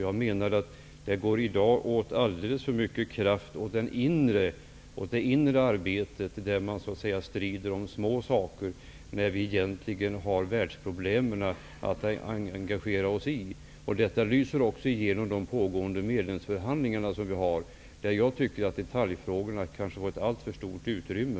Jag menar att det i dag går åt alldeles för mycket kraft åt det inre arbetet där man strider om små saker, när det egentligen finns världsproblem att engagera sig i. Detta lyser också igenom i de pågående medlemskapsförhandlingarna. Jag tycker att detaljfrågorna har fått alltför stort utrymme.